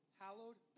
hallowed